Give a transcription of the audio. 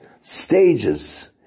stages